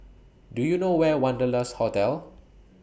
Do YOU know Where Wanderlust Hotel